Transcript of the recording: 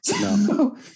No